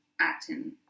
acting